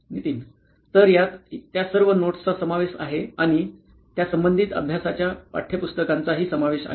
नितीन तर यात त्या सर्व नोट्सचा समावेश आहे आणि त्या संबंधित अभ्यासाच्या पाठ्यपुस्तकांचा हि समावेश आहे